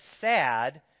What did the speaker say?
sad